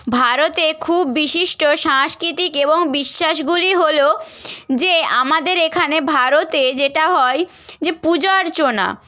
ভারতে খুব বিশিষ্ট সাংস্কৃতিক এবং বিশ্বাসগুলি হল যে আমাদের এখানে ভারতে যেটা হয় যে পুজো অর্চনা